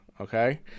Okay